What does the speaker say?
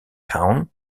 town